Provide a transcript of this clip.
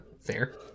fair